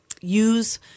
use